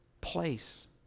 place